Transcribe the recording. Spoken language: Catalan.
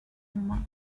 humà